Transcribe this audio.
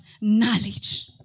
Knowledge